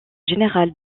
général